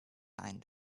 kind